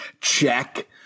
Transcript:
check